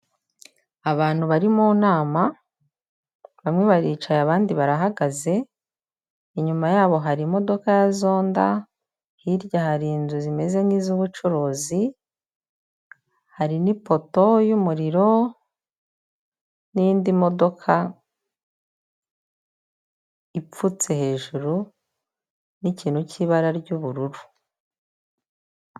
Abantu bari mu nama bamwe baricaye abandi barahagaze, inyuma yabo hari imodoka ya zonda, hirya hari inzu zimeze nk'iz'ubucuruzi, hari n'ipoto y'umuriro n'indi modoka ipfutse hejuru n'ikintu cy'ibara ry'ubururu.